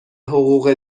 حقوق